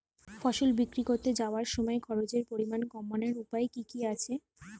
ফসল বিক্রি করতে যাওয়ার সময় খরচের পরিমাণ কমানোর উপায় কি কি আছে?